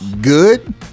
good